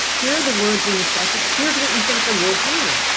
here are the words in the statute. here's what we think the words mean.